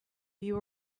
you